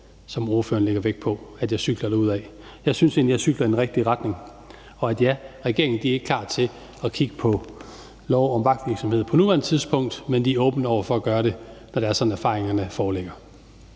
som ordføreren lægger vægt på, når han siger, at jeg cykler derudad. Jeg synes egentlig, jeg cykler i den rigtige retning. Og ja, regeringen er ikke klar til at kigge på lov om vagtvirksomhed på nuværende tidspunkt, men de er åbne over for at gøre det, når erfaringerne foreligger.